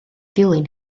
dilyn